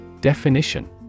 Definition